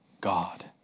God